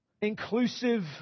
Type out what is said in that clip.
inclusive